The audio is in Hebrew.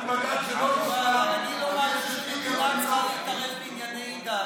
אני לא מאמין שמדינה צריכה להתערב בענייני דת.